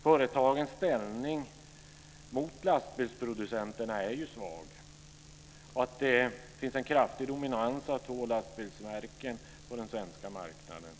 Företagens ställning i förhållande till lastbilsproducenterna är svag, och till detta bidrar att två lastbilsmärken har en kraftig dominans på den svenska marknaden.